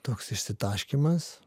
toks išsitaškymas